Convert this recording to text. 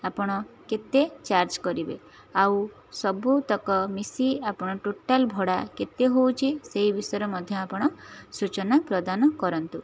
ଆପଣ କେତେ ଚାର୍ଜ କରିବେ ଆଉ ସବୁତକ ମିଶି ଆପଣ ଟୋଟାଲ୍ ଭଡ଼ା କେତେ ହେଉଛି ସେଇ ବିଷୟରେ ମଧ୍ୟ ଆପଣ ସୂଚନା ପ୍ରଦାନ କରନ୍ତୁ